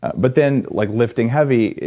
but then, like lifting heavy,